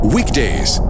Weekdays